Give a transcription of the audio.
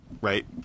Right